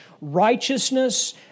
Righteousness